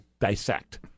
dissect